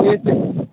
के चाहिँ